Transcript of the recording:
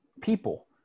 people